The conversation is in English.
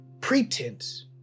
pretense